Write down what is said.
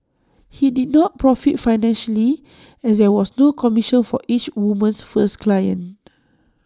he did not profit financially as there was no commission for each woman's first client